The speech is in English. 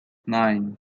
nine